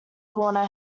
corner